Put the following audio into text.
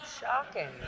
Shocking